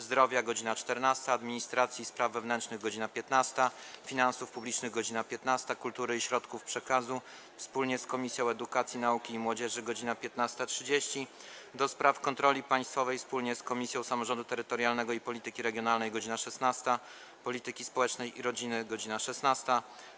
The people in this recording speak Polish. Zdrowia - godz. 14, - Administracji i Spraw Wewnętrznych - godz. 15, - Finansów Publicznych - godz.15, - Kultury i Środków Przekazu wspólnie z Komisją Edukacji, Nauki i Młodzieży - godz.15.30, - do Spraw Kontroli Państwowej wspólnie z Komisją Samorządu Terytorialnego i Polityki Regionalnej - godz. 16, - Polityki Społecznej i Rodziny - godz. 16,